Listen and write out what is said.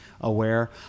aware